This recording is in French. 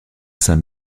sein